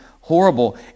horrible